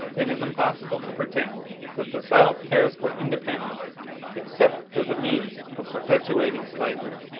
it is impossible to pretend that the south cares for in dependence except as a means of perpetuating slavery.